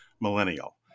millennial